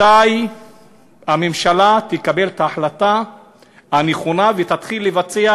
מתי הממשלה תקבל את ההחלטה הנכונה ותתחיל לבצע,